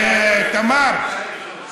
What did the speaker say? תמר,